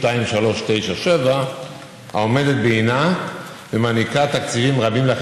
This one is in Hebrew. חבר הכנסת אורי אריאל על מסקנות ועדת הכלכלה בעקבות דיון